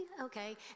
Okay